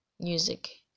music